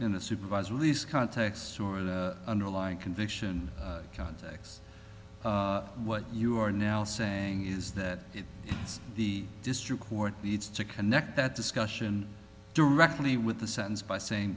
in a supervised release context or an underlying conviction context what you are now saying is that the district court needs to connect that discussion directly with the sentence by saying